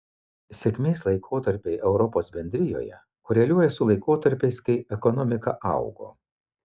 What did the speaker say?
sėkmės laikotarpiai europos bendrijoje koreliuoja su laikotarpiais kai ekonomika augo